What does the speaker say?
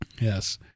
Yes